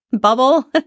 bubble